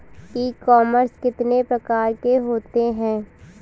ई commerce कितने प्रकार के होते हैं?